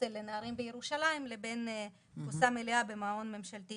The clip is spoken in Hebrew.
בהוסטל לנערים בירושלים לבין תפוסה מלאה במעון ממשלתי